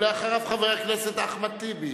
ואחריו חבר הכנסת אחמד טיבי.